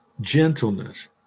gentleness